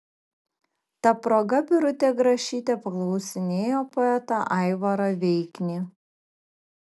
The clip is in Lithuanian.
ta proga birutė grašytė paklausinėjo poetą aivarą veiknį